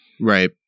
Right